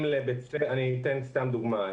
אני אתן סתם דוגמה.